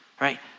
right